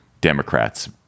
Democrats